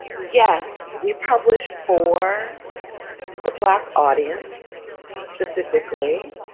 yes, we published for the black audience specifically,